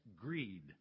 greed